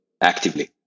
actively